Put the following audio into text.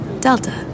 Delta